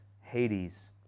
Hades